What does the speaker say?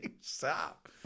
Stop